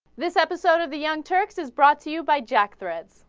this episode of the young texans brought to you by jack threats